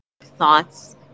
thoughts